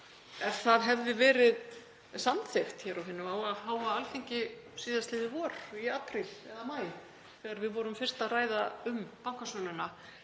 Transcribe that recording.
ef það hefði verið samþykkt hér á hinu háa Alþingi síðastliðið vor, í apríl eða maí, þegar við vorum fyrst að ræða um bankasöluna,